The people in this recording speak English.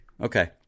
Okay